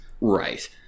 Right